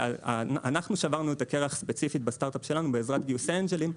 אנחנו שברנו את הקרח ספציפית בסטארט-אפ שלנו בעזרת גיוס אנג'לים,